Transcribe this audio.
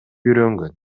үйрөнгөн